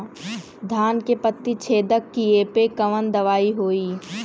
धान के पत्ती छेदक कियेपे कवन दवाई होई?